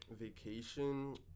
Vacation